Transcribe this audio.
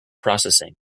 processing